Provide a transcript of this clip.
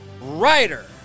Writer